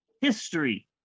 history